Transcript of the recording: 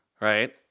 Right